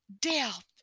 death